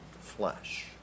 flesh